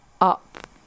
up